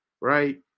right